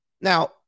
Now